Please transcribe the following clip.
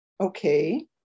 okay